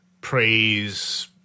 praise